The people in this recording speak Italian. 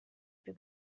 più